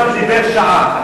ברוורמן דיבר שעה.